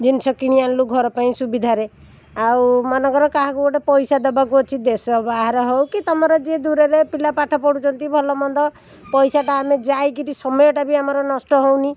ଜିନିଷ କିଣି ଆଣିଲୁ ଘର ପାଇଁ ସୁବିଧାରେ ଆଉ ମନେକର କାହାକୁ ଗୋଟେ ପଇସା ଦେବାକୁ ଅଛି ଦେଶ ବାହାରେ ହେଉ କି ତୁମର ଯିଏ ଦୂରରେ ପିଲା ପାଠ ପଢ଼ୁଛନ୍ତି ଭଲ ମନ୍ଦ ପଇସାଟା ଆମେ ଯାଇକିରି ସମୟଟା ବି ଆମର ନଷ୍ଟ ହେଉନି